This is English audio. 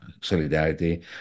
solidarity